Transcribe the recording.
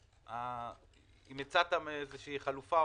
האם הציע חלופה?